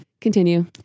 Continue